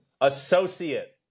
Associate